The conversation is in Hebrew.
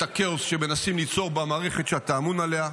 הכאוס שמנסים ליצור במערכת שאתה אמון עליה,